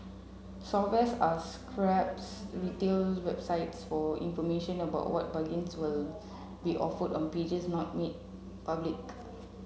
software are scrapes retail websites for information about what bargains will be offered on pages not made public